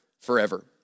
forever